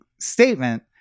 statement